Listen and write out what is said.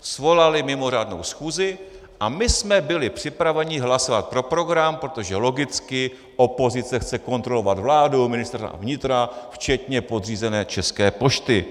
Svolali mimořádnou schůzi a my jsme byli připraveni hlasovat pro program, protože logicky opozice chce kontrolovat vládu, Ministerstvo vnitra včetně podřízené České pošty.